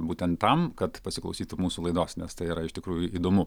būtent tam kad pasiklausytų mūsų laidos nes tai yra iš tikrųjų įdomu